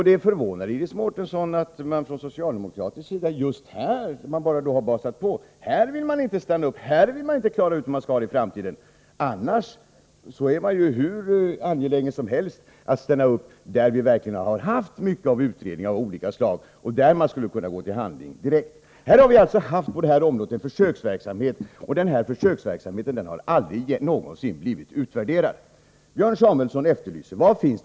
Det är förvånande, Iris Mårtensson, att inte socialdemokraterna — som tidigare bara har basat på — vill stanna upp för att klara ut hur man skall ha det i framtiden i denna fråga. Annars är man hur angelägen som helst om att stanna upp — på områden där det verkligen har förekommit utredningar av olika slag och där man skulle kunna gå direkt till handling. Men på detta område har vi alltså haft en försöksverksamhet, som aldrig någonsin har blivit utvärderad. Björn Samuelson efterlyser frågetecken.